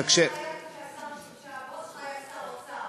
אתה לא יודע מה היה כשהבוס שלך היה שר אוצר,